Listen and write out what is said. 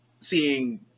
seeing